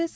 S